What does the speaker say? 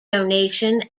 donation